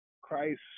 Christ